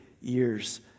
years